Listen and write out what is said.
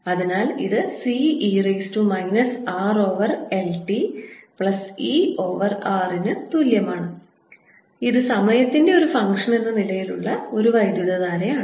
അതിനാൽ ഇത് C e raise to minus R over L t plus E over R ന് തുല്യമാണ് ഇത് സമയത്തിന്റെ ഒരു ഫംഗ്ഷനെന്ന നിലയിൽ ഉള്ള വൈദ്യുതധാരയാണ്